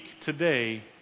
today